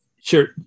Sure